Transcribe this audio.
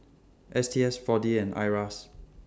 S T S four D and IRAS